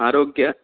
आरोग्य